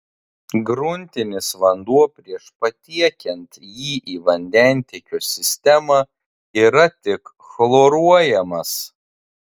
gruntinis vanduo prieš patiekiant jį į vandentiekio sistemą yra tik chloruojamas